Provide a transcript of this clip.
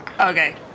Okay